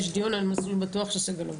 יש דיון על מסלול בטוח של סגלוביץ'.